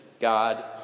God